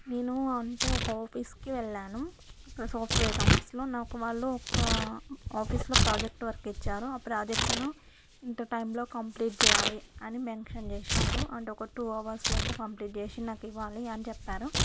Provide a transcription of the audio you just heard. నేను అంటే ఒక ఆఫీసుకి వెళ్ళాను అక్కడ సాఫ్ట్వేర్ ఆఫీసులో నాకు వాళ్ళు ఒక ఆఫీసులో ప్రాజెక్టు వర్కు ఇచ్చారు ఆ ప్రాజెక్టును ఇంత టైంలో కంప్లీట్ చేయాలి అని మెన్షన్ చేశారు అండ్ ఒక టూ అవర్సులోపు కంప్లీట్ చేసి నాకు ఇవ్వాలి అని చెప్పారు